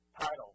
title